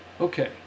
Okay